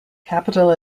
capital